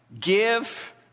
Give